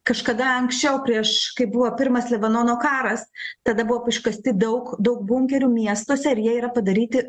kažkada anksčiau prieš kai buvo pirmas lebanono karas tada buvo iškasti daug daug bunkerių miestuose ir jie yra padaryti